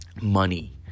Money